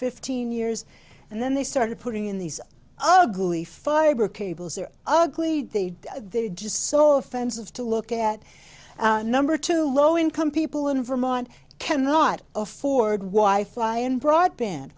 fifteen years and then they started putting in these ugly fiber cables are ugly they're just so offensive to look at number two low income people in vermont cannot afford why fly in broadband